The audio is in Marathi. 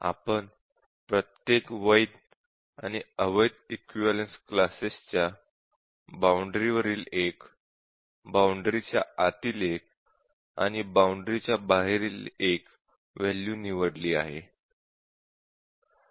आपण प्रत्येक वैध आणि अवैध इक्विवलेन्स क्लासेस च्या बाउंडरी वरील एक बाउंडरीच्या आतील एक आणि बाउंडरीच्या बाहेरील एक वॅल्यू निवडली आहे